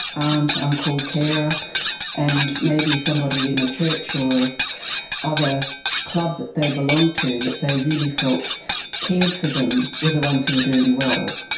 aunt, uncle, carer and maybe somebody in a church or other club that they belonged to that they really felt cared for them were the ones who were doing well,